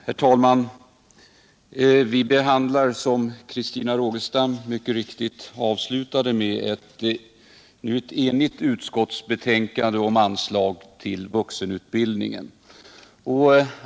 Herr talman! Vi behandlar, som Christina Rogestam mycket riktigt avslutade med, nu ett enigt utskottsbetänkande om anslag till vuxenutbildningen.